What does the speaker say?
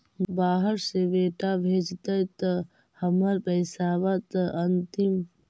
बाहर से बेटा भेजतय त हमर पैसाबा त अंतिम?